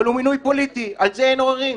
אבל הוא מינוי פוליטי על זה אין עוררין,